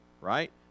right